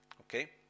Okay